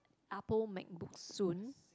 Apple MacBook soon